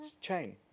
chain